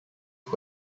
who